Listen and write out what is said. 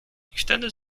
wtedy